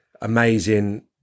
amazing